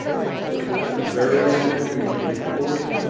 they also had rapid burial, which we reinforced.